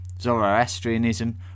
Zoroastrianism